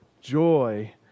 joy